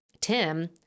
Tim